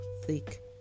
thick